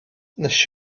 nes